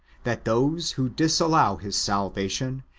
that those who disallow his salva tion,